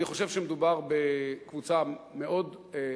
אני חושב שמדובר בקבוצה מאוד, נגיד,